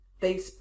Facebook